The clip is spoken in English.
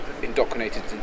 Indoctrinated